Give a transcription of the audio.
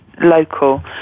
local